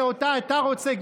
שאותה אתה רוצה,